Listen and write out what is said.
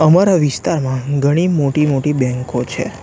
અમારા વિસ્તારમાં ઘણી મોટી મોટી બેન્કો છે